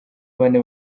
bane